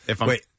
Wait